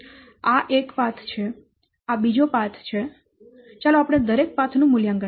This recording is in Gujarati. તેથી આ એક પાથ છે આ બીજો પાથ છે ચાલો આપણે દરેક પાથ નું મૂલ્યાંકન કરીએ